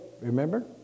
remember